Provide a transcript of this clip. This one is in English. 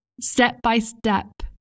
step-by-step